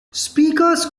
speakers